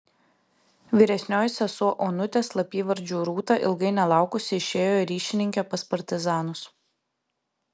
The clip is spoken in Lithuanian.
vyresnioji sesuo onutė slapyvardžiu rūta ilgai nelaukusi išėjo ryšininke pas partizanus